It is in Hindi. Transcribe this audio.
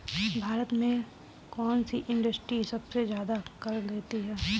भारत में कौन सी इंडस्ट्री सबसे ज्यादा कर देती है?